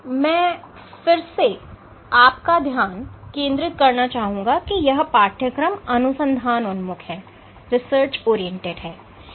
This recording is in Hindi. मैं फिर से आपका ध्यान केंद्रित करना चाहूंगा कि यह पाठ्यक्रम अनुसंधान उन्मुख है